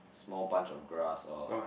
small bunch of grass or